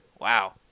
wow